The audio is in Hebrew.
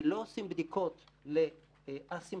לא עושים בדיקות לאסימפטומטיים,